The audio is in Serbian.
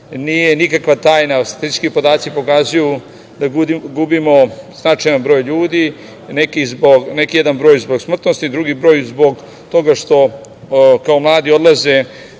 nikakva tajna, statistički podaci pokazuju da gubimo značajan broj ljudi. Jedan broj je zbog smrtnosti, drugi je zbog toga što mladi odlaze